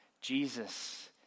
Jesus